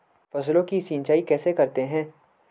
फसलों की सिंचाई कैसे करते हैं?